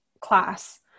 class